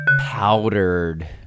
Powdered